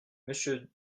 monsieur